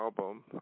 album